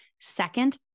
Second